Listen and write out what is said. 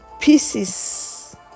Pieces